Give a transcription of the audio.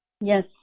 Yes